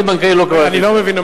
הבנקאי ללא קבלת היתר." אני לא מבין.